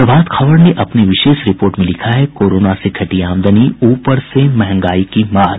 प्रभात खबर ने अपनी विशेष रिपोर्ट में लिखा है कोरोना से घटी आमदनी ऊपर से मंहगाई की मार